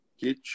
Get